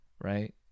right